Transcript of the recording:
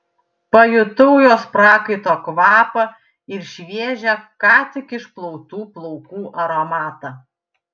pajutau jos prakaito kvapą ir šviežią ką tik išplautų plaukų aromatą